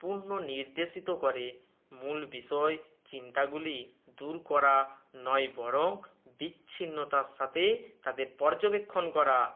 পূর্ণ নির্দেশিত করে মূল বিষয় চিন্তাগুলি দূর করা নয় বরং বিচ্ছিন্নতার সাথে তাতে পর্যবেক্ষণ করা